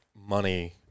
money